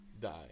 die